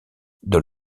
dans